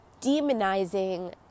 demonizing